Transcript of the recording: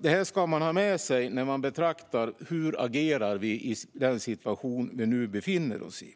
Det ska man ha med sig när man betraktar hur vi agerar i den situation vi nu befinner oss i.